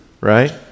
right